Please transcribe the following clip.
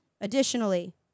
additionally